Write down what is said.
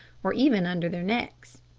or even under their necks.